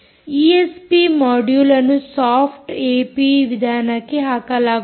ESP module ಅನ್ನು soft AP ವಿಧಾನಕ್ಕೆ ಹಾಕಲಾಗುತ್ತದೆ